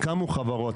קמו חברות,